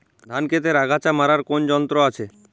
ধান ক্ষেতের আগাছা মারার কোন যন্ত্র আছে?